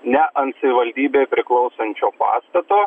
ne ant savivaldybei priklausančio pastato